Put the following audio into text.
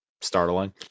startling